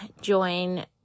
join